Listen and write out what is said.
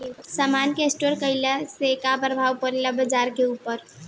समान के स्टोर काइला से का प्रभाव परे ला बाजार के ऊपर?